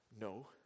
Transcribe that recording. No